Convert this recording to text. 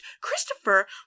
Christopher